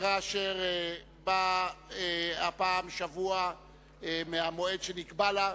הפגרה אשר באה הפעם שבוע מהמועד שנקבע לה,